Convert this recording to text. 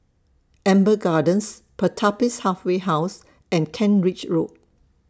Amber Gardens Pertapis Halfway House and Kent Ridge Road